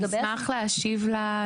אם יורשה לי, אדוני, אני אשמח להשיב לשאלה.